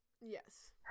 Yes